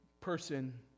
person